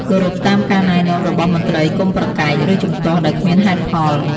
គោរពតាមការណែនាំរបស់មន្ត្រីកុំប្រកែក ឬជំទាស់ដោយគ្មានហេតុផល។